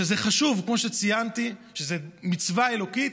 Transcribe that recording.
שזה חשוב, כמו שציינתי, שזאת מצווה אלוקית,